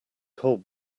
cold